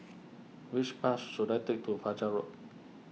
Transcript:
which bus should I take to Fachar Road